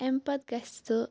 امہِ پَتہٕ گَژھِ سُہ